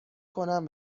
کنم